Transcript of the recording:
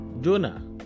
Jonah